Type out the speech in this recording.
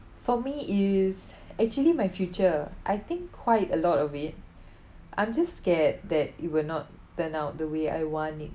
for me is actually my future I think quite a lot of it I'm just scared that it will not turn out the way I want it